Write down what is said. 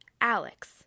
Alex